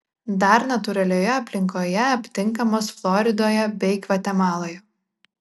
dar natūralioje aplinkoje aptinkamos floridoje bei gvatemaloje